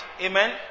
Amen